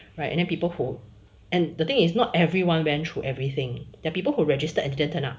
right and then people who and the thing is not everyone went through everything that people who registered and didn't turn up